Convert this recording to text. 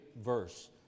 verse